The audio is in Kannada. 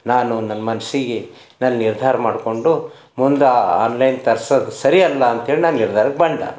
ನಾನು ನನ್ನ ಮನ್ಸಿಗೆ ನನ್ನ ನಿರ್ಧಾರ ಮಾಡಿಕೊಂಡು ಮುಂದೆ ಆನ್ಲೈನ್ ತರ್ಸೋದು ಸರಿ ಅಲ್ಲ ಅಂಥೇಳಿ ನಾನು ನಿರ್ಧಾರಕ್ಕೆ ಬಂಡ